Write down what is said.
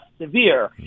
severe